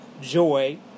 joy